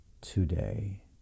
today